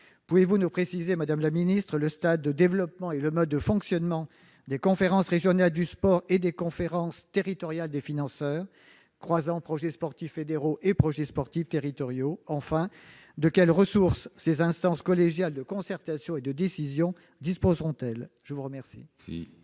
Pouvez-vous nous préciser le stade de développement et le mode de fonctionnement des conférences régionales du sport et des conférences territoriales des financeurs croisant projets sportifs fédéraux et projets sportifs territoriaux ? Enfin, de quelles ressources ces instances collégiales de concertation et de décision disposeront-elles ? La parole